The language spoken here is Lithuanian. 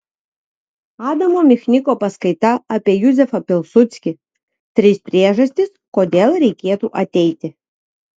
adamo michniko paskaita apie juzefą pilsudskį trys priežastys kodėl reikėtų ateiti